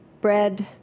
bread